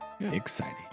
Exciting